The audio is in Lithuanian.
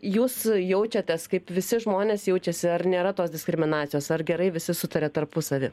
jūs jaučiatės kaip visi žmonės jaučiasi ar nėra tos diskriminacijos ar gerai visi sutaria tarpusavy